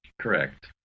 Correct